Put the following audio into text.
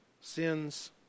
sins